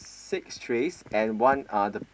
six trays and one other